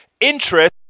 interest